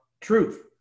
truth